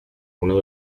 uno